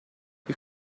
you